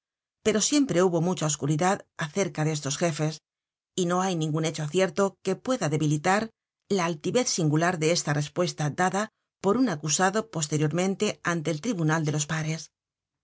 pero siempre hubo mucha oscuridad acerca de estos jefes y no hay ningun hecho cierto que pueda debilitar la altivez singular de esta respuesta dada por un acusado posteriormente ante el tribunal de los pares